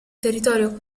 territorio